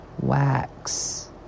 wax